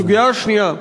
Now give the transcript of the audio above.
הסוגיה השנייה,